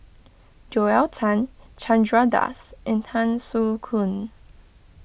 Joel Tan Chandra Das and Tan Soo Khoon